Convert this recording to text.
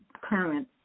current